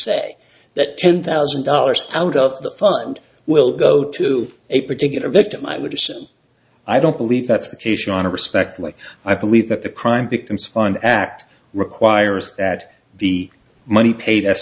say that ten thousand dollars out of the fund will go to a particular victim i would assume i don't believe that's the case on a respect like i believe that the crime victims fund act requires that the money pa